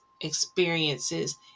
experiences